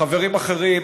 וחברים אחרים,